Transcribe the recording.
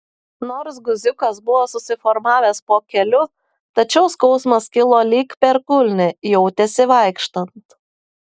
nors guziukas buvo susiformavęs po keliu tačiau skausmas kilo lyg per kulnį jautėsi vaikštant